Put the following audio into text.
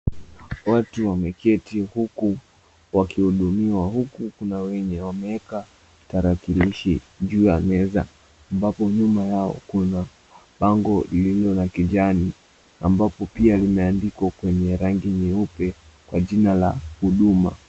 Watu wameketi huku wakihudumiwa huku kuna wenye wameweka tarakilishi juu ya meza ambapo nyuma yao kuna pango lililo na kijani ambapo pia limeandikwa kwenye rangi nyeupe kwa jina la huduma.